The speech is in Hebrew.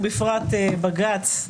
ובפרט בג"ץ,